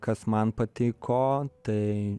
kas man patiko tai